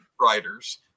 writers